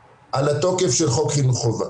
הילדים האלה במסגרת חוק חינוך חובה